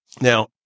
Now